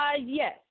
yes